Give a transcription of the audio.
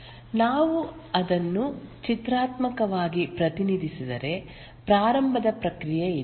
ನಾವು ಅದನ್ನು ಚಿತ್ರಾತ್ಮಕವಾಗಿ ಪ್ರತಿನಿಧಿಸಿದರೆ ಪ್ರಾರಂಭದ ಪ್ರಕ್ರಿಯೆ ಇದೆ